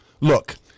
Look